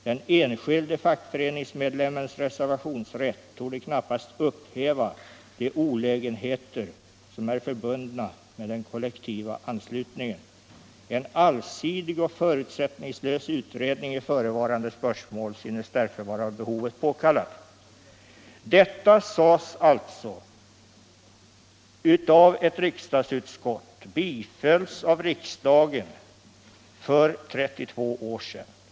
Den enskilde fackföreningsmedlemmens reservationsrätt torde knappast upphäva de olägenheter, som äro förbundna med den kollektiva anslutningen. En allsidig och förutsättningslös utredning i förevarande spörsmål synes därför vara av behovet påkallad.” Detta uttalades alltså av ett riksdagsutskott och bifölls av riksdagen för 42 år sedan.